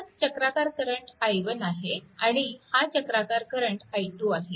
हा चक्राकार current i1 आहे आणि हा चक्राकार करंट i2 आहे